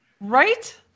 Right